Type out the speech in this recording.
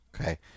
Okay